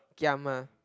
giam ah